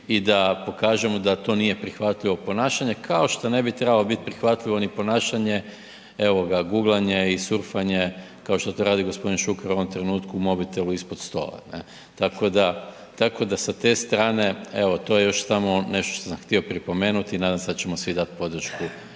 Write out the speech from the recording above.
i da pokažemo da to nije prihvatljivo ponašanje kao što ne bi trebalo biti prihvatljivo ni ponašanje, evo ga guglanje i surfanje kao što to radi gospodin Šuker u ovom trenutku u mobitelu ispod stola, ne. Tako da sa te strane, evo to je još samo nešto što sam htio pripomenuti i nadam se da ćemo svi dati podršku